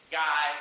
guy